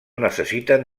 necessiten